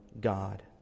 God